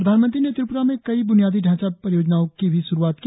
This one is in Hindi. प्रधानमंत्री ने त्रिप्रा में कई ब्नियादी ढांचा परियोजनाओं की भी श्रुआत की